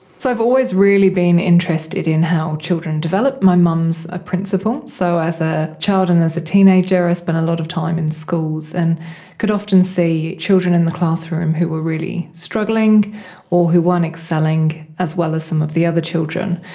so i've always really been interested in how children develop. my mum is a principal, so as a child and as a teenager i spent a lot of time in schools and could often see children in the classroom who were really struggling or who weren't excelling as well as some of the other children.